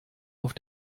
auf